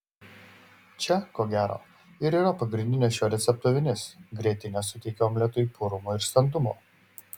čia ko gero ir yra pagrindinė šito recepto vinis grietinė suteikia omletui purumo ir standumo